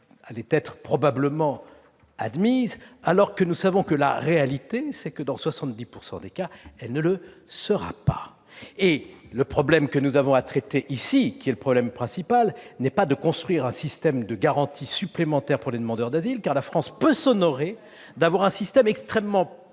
allait être probablement admise, alors que nous savons que la réalité est que, dans 70 % des cas, elle ne le sera pas. Le problème que nous avons à traiter ici, qui est le problème principal, n'est pas de construire un système de garanties supplémentaires pour les demandeurs d'asile, ... Non ! C'est un problème de